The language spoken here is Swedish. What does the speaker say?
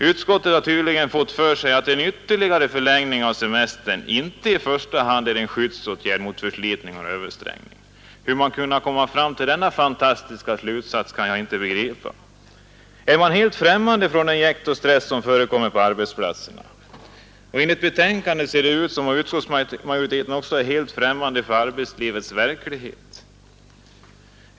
Utskottet har tydligen fått för sig att en ytterligare förlängning av semestern inte i första hand är en skyddsåtgärd mot förslitning och överansträngning. Hur man kunnat komma fram till denna fantastiska slutsats kan jag inte begripa. Är man främmande för det jäkt och den stress som förekommer ute på arbetsplatserna? Av betänkandet att döma tycks utskottsmajoriteten vara helt främmande för arbetslivets verklighet.